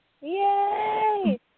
Yay